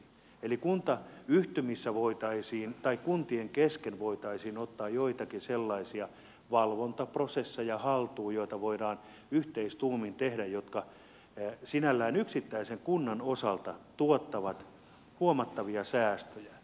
eli kuntayhtymissä voitaisiin tai kuntien kesken voitaisiin ottaa haltuun joitakin sellaisia valvontaprosesseja joita voidaan yhteistuumin tehdä ja jotka sinällään yksittäisen kunnan osalta tuottavat huomattavia säästöjä